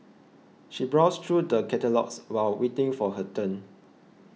she browsed through the catalogues while waiting for her turn